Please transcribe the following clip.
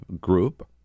group